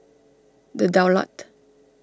the Daulat